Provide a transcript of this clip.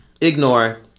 Ignore